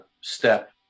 step